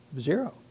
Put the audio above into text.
Zero